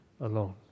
alone